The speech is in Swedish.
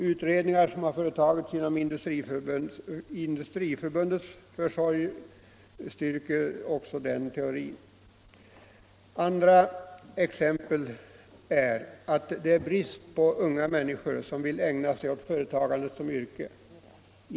Utredningar som har företagits genom Industriförbundets försorg styrker också denna teori. Ett annat exempel är att det är brist på unga människor som vill ägna sig åt företagandet som yrke.